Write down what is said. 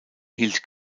hielt